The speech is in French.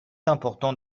important